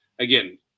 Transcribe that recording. Again